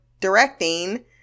directing